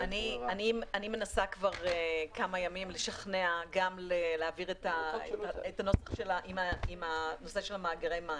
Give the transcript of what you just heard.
אני מנסה כבר כמה ימים לשכנע גם להעביר את הנוסח עם הנושא של מאגרי מים.